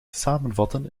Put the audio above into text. samenvatten